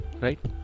right